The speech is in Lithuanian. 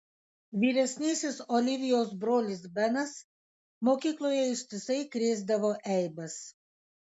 vyresnysis olivijos brolis benas mokykloje ištisai krėsdavo eibes